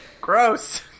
Gross